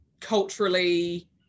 culturally